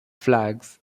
flags